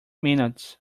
minutes